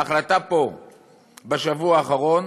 בהחלטה פה בשבוע האחרון,